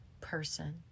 person